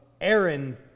Aaron